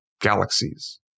galaxies